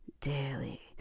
daily